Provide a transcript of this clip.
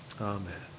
Amen